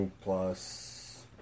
plus